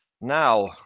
Now